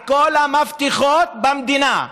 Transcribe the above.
על כל המפתחות במדינה,